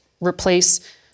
replace